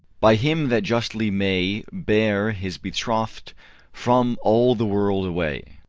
by him that justly may bear his betroth'd from all the world away.